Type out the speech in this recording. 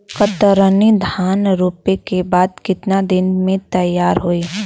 कतरनी धान रोपे के बाद कितना दिन में तैयार होई?